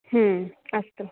आम् अस्तु